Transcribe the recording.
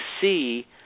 see